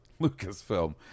Lucasfilm